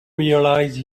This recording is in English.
realise